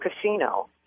casino